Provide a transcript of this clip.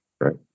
right